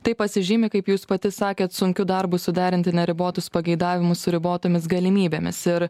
taip pasižymi kaip jūs pati sakėt sunkiu darbu suderinti neribotus pageidavimus su ribotomis galimybėmis ir